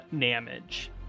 damage